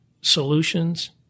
solutions—